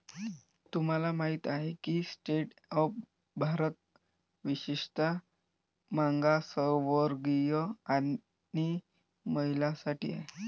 तुम्हाला माहित आहे का की स्टँड अप भारत विशेषतः मागासवर्गीय आणि महिलांसाठी आहे